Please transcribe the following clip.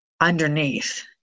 underneath